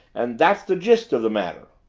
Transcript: and that's the gist of the matter.